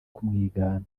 kumwigana